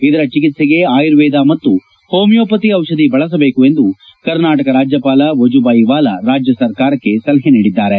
ಇದರ ಚಿಕಿತ್ವೆಗೆ ಆಯುರ್ವೇದ ಮತ್ತು ಹೋಮಿಯೋಪತಿ ಔಷಧಿ ಬಳಸಬೇಕು ಎಂದು ಕರ್ನಾಟಕ ರಾಜ್ಯಪಾಲ ವಜುಭಾಯಿ ವಾಲಾ ರಾಜ್ಯ ಸರ್ಕಾರಕ್ಕೆ ಸಲಹೆ ನೀಡಿದ್ದಾರೆ